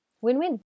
Win-win